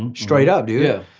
and straight up, dude. yeah.